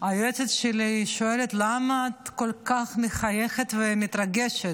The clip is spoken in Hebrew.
היועצת שלי שואלת: למה את כל כך מחייכת ומתרגשת?